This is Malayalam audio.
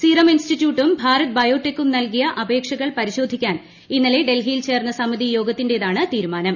സീറം ഇൻസ്റ്റിറ്റ്യൂട്ടും ഭാരത് ബയോടെക്കും നൽകിയ അപേക്ഷകൾ പരിശോധിക്കാൻ ഇന്നലെ ഡൽഹിയിൽ ചേർന്ന സമിതി യോഗത്തിൻറേതാണ് തീരുമാനം